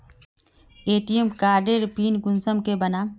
ATM कार्डेर PIN कुंसम के बनाम?